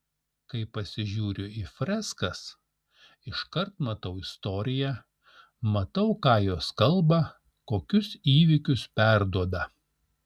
kai pasižiūriu į freskas iškart matau istoriją matau ką jos kalba kokius įvykius perduoda